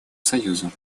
союзу